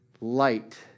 Light